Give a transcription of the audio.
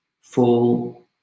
full